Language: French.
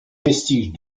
vestiges